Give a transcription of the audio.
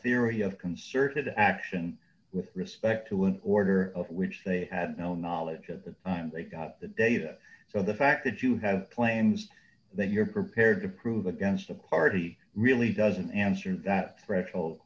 theory of concerted action with respect to an order of which they had no knowledge at the time they got the data so the fact that you have plans that you're prepared to prove against a party really doesn't answer that threshold